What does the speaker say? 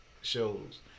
shows